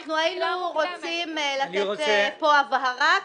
אנחנו היינו רוצים לתת פה הבהרה,